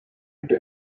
into